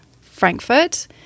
Frankfurt